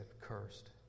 Cursed